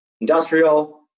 Industrial